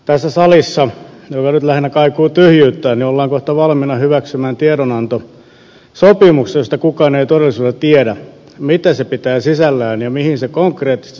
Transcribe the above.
tässä salissa joka nyt lähinnä kaikuu tyhjyyttään ollaan kohta valmiina hyväksymään tiedonanto sopimuksesta josta kukaan ei todellisuudessa tiedä mitä se pitää sisällään ja mihin se konkreettisesti suomen sitoo